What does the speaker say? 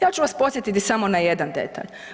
Ja ću vas podsjetiti samo na jedan detalj.